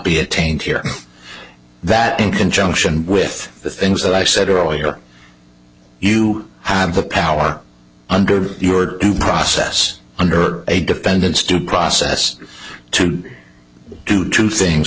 be attained here that in conjunction with the things that i said earlier you have the power under your due process under a defendant's to process to do two things